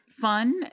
fun